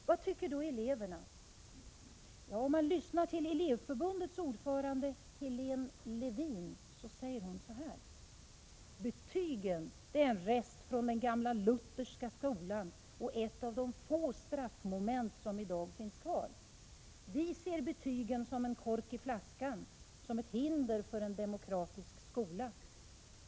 Vad tycker då eleverna? Elevförbundets ordförande Helene Lewin säger följande: Betygen är en rest från den gamla Lutherska skolan och ett av de få straffmoment som i dag finns kvar. Vi ser betygen som en kork i flaskan, som ett hinder för en demokratisk skola.